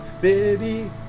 baby